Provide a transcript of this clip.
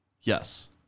Yes